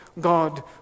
God